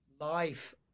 life